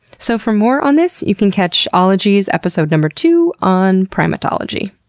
so for more on this, you can catch ologies episode number two on primatology.